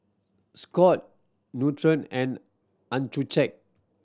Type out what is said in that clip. Scott Nutren and Accucheck